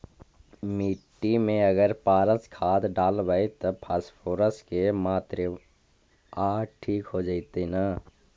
मिट्टी में अगर पारस खाद डालबै त फास्फोरस के माऋआ ठिक हो जितै न?